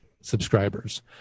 subscribers